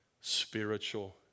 spiritual